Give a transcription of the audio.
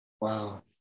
Wow